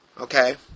okay